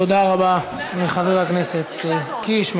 תודה רבה לחבר הכנסת קיש.